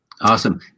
Awesome